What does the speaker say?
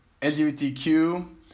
LGBTQ